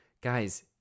Guys